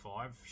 Five